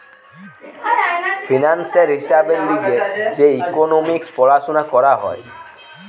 ফিন্যান্সের হিসাবের লিগে যে ইকোনোমিক্স পড়াশুনা করা হয়